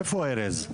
איפה ארז?